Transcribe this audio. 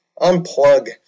Unplug